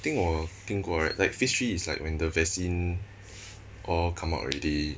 I think 我听过 right like phase three is like when the vaccine all come out already